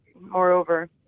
moreover